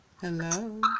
Hello